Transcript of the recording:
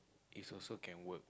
is also can work